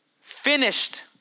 finished